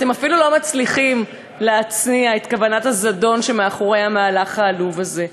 אתם אפילו לא מצליחים להצניע את כוונת הזדון שמאחורי המהלך העלוב הזה.